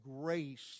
grace